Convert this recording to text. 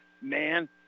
Man